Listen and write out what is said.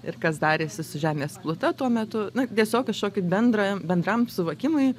ir kas darėsi su žemės pluta tuo metu na tiesiog kažkokį bendrą bendram suvokimui